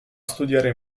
studiare